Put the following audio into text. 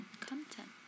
Content